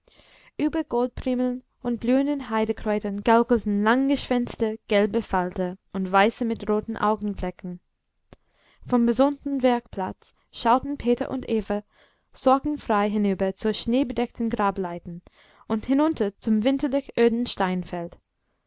über goldprimeln und blühenden heidekräutern gaukelten langgeschwänzte gelbe falter und weiße mit roten augenflecken vom besonnten werkplatz schauten peter und eva sorgenfrei hinüber zur schneebedeckten grableiten und hinunter zum winterlich öden